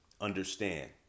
understand